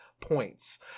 points